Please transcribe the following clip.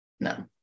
No